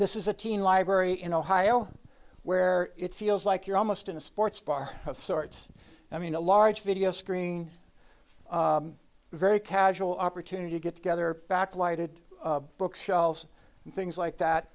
this is a teen library in ohio where it feels like you're almost in a sports bar of sorts i mean a large video screen very casual opportunity to get together backlighted books shelves and things like that